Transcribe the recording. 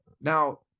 Now